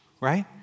right